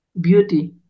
beauty